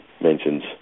mentions